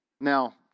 Now